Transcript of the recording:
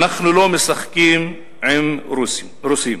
אנחנו לא משחקים עם רוסים'.